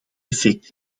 effect